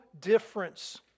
difference